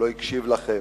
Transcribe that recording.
הוא לא הקשיב לכם.